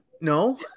No